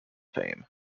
fame